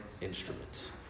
instruments